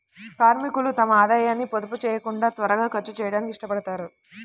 కార్మికులు తమ ఆదాయాన్ని పొదుపు చేయకుండా త్వరగా ఖర్చు చేయడానికి ఇష్టపడతారు